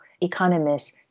economists